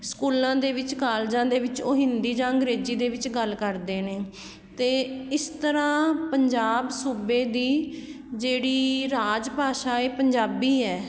ਸਕੂਲਾਂ ਦੇ ਵਿੱਚ ਕਾਲਜਾਂ ਦੇ ਵਿੱਚ ਉਹ ਹਿੰਦੀ ਜਾਂ ਅੰਗਰੇਜ਼ੀ ਦੇ ਵਿੱਚ ਗੱਲ ਕਰਦੇ ਨੇ ਅਤੇ ਇਸ ਤਰ੍ਹਾਂ ਪੰਜਾਬ ਸੂਬੇ ਦੀ ਜਿਹੜੀ ਰਾਜ ਭਾਸ਼ਾ ਹੈ ਪੰਜਾਬੀ ਹੈ